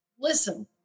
Listen